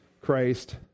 Christ